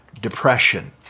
depression